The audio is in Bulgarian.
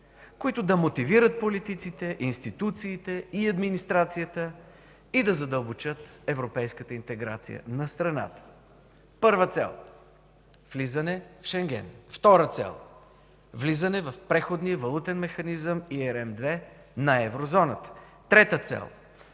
които да мотивират политиците, институциите и администрацията, и да задълбочат европейската интеграция на страната. Първа цел – влизане в Шенген. Втора цел – влизане в преходния валутен механизъм ERM ІІ на Еврозоната. Трета цел –